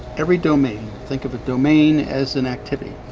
every domain. think of a domain as an activity,